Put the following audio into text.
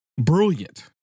brilliant